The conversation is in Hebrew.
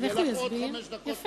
אז יש לך עוד חמש דקות תמימות.